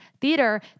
theater